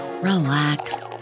relax